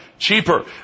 cheaper